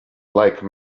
like